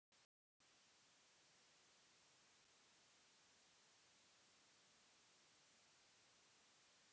company क स्थायी संपत्ति होला जइसे भवन, उपकरण आउर प्रौद्योगिकी